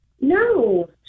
No